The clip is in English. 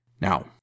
Now